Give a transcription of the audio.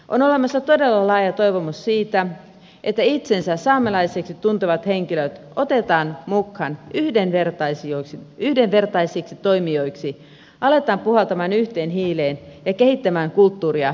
on olemassa todella laaja toivomus siitä että itsensä saamelaiseksi tuntevat henkilöt otetaan mukaan yhdenvertaisiksi toimijoiksi aletaan puhaltamaan yhteen hiileen ja kehittämään kulttuuria yhdessä